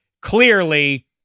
clearly